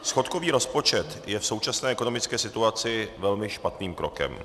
Schodkový rozpočet je v současné ekonomické situaci velmi špatným krokem.